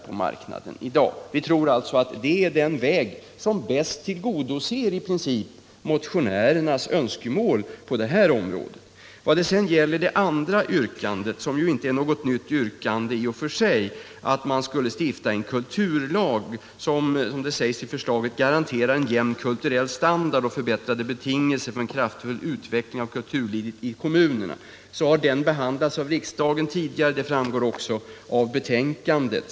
Detsamma gäller om statens ungdomsråds utredning. Det är också den väg som tillgodoser motionärernas önskemål bäst på det här området. Det andra yrkandet om att stifta en kulturlag som skulle garantera ”en jämn kulturell standard och förbättrade betingelser för en kraftfull utveckling av kulturlivet i kommunerna” har behandlats tidigare av riksdagen, vilket också framgår av betänkandet.